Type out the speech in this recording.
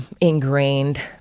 ingrained